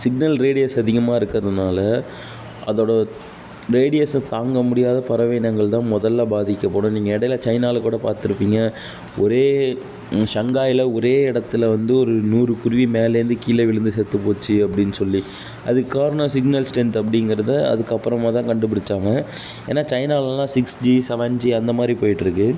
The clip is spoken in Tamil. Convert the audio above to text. சிக்னல் ரேடியஸ் அதிகமாக இருக்கறதுனால் அதோடய ரேடியஸை தாங்க முடியாத பறவை இனங்கள் தான் முதல்ல பாதிக்கப்படும் நீங்கள் இடையில சைனாவில் கூட பார்த்துருப்பீங்க ஒரே ஷங்காயில் ஒரே இடத்துல வந்து ஒரு நூறு குருவி மேலேருந்து கீழ விழுந்து செத்துப் போச்சு அப்படின் சொல்லி அதுக் காரணம் சிக்னல் ஸ்ட்ரென்த் அப்படிங்கிறத அதுக்கப்புறமா தான் கண்டுப் பிடிச்சாங்க ஏன்னா சைனாலலாம் சிக்ஸ் ஜி செவன் ஜி அந்த மாதிரி போயிட்டிருக்கு